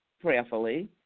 prayerfully